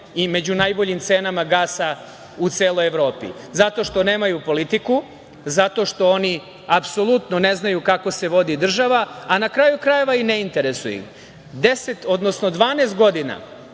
i među najboljim cenama gasa u celoj Evropi, zato što nemaju politiku, zato što oni apsolutno ne znaju kako se vodi država, a na kraju krajeva i ne interesuje ih. Dvanaest godina